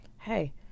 hey